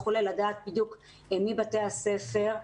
לדעת מי בדיוק בתי הספר.